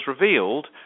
revealed